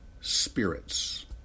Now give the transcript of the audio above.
spirits